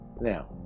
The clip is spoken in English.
now